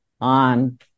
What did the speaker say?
on